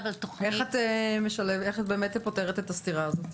על תכנית --- איך את פותרת באמת את הסתירה הזאת,